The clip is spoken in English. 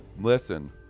listen